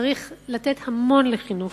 צריך לתת המון לחינוך.